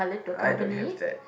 I don't have that